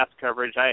coverage